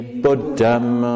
buddham